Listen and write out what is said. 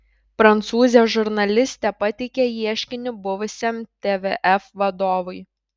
prancūzė žurnalistė pateikė ieškinį buvusiam tvf vadovui